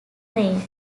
rain